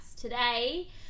Today